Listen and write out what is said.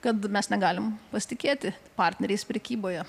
kad mes negalim pasitikėti partneriais prekyboje